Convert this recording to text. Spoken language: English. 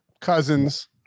cousins